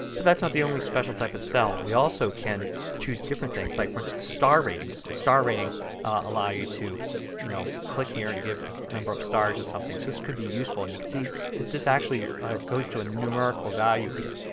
but that is not the only special type of cell. we also can choose different things. like for instance star rating. so star rating allows you to you know click here and give the number of stars to something. so this could be useful. and you can see that this actually goes to a numerical value here.